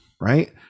Right